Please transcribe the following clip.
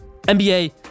NBA